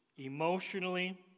Emotionally